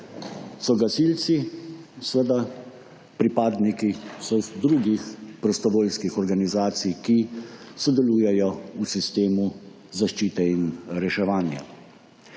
so gasilci, seveda, pripadniki so drugih prostovoljskih organizacij, ki sodelujejo v sistemu zaščite in reševanja.